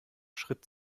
schritt